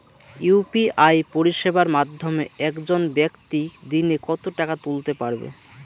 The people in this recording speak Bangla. ইউ.পি.আই পরিষেবার মাধ্যমে একজন ব্যাক্তি দিনে কত টাকা তুলতে পারবে?